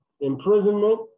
imprisonment